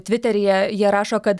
tviteryje jie rašo kad